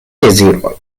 deziroj